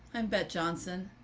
i'm bete johnson.